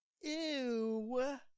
Ew